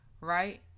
right